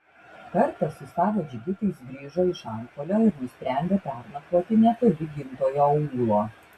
kartą su savo džigitais grįžo iš antpuolio ir nusprendė pernakvoti netoli gimtojo aūlo